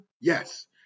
Yes